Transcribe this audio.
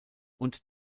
und